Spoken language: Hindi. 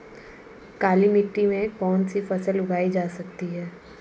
काली मिट्टी में कौनसी फसल उगाई जा सकती है?